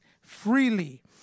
freely